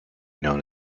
known